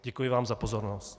Děkuji vám za pozornost.